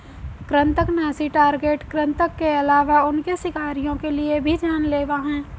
कृन्तकनाशी टारगेट कृतंक के अलावा उनके शिकारियों के लिए भी जान लेवा हैं